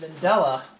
Mandela